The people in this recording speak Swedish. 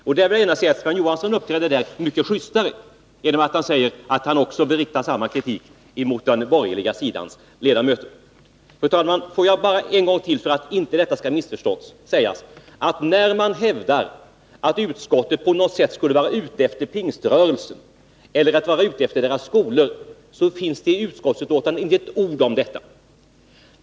Jag vill gärna framhålla att Sven Johansson uppträder mycket justare genom att han säger att han också vill rikta kritik mot de borgerliga ledamöterna. Fru talman! Får jag bara en gång till, för att inga missförstånd skall uppstå, påpeka att när man hävdar att utskottet på något sätt skulle vara ute efter Pingströrelsen eller dess skolor kan man inte finna något belägg för detta i betänkandet. Där finns inte ett ord om detta.